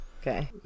Okay